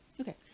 Okay